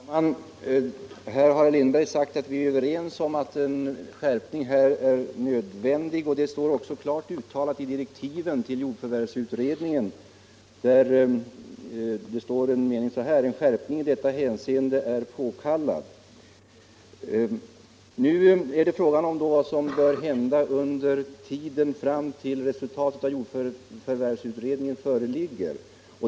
Herr talman! Herr Lindberg har sagt att vi är överens om att en skärpning är nödvändig. Detta står också klart uttalat i direktiven till jordförvärvsutredningen. Men nu är frågan vad som bör hända fram till dess resultatet av jordförvärvsutredningen föreligger.